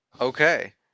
Okay